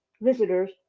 visitors